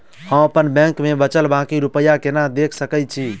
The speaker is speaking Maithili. हम अप्पन बैंक मे बचल बाकी रुपया केना देख सकय छी?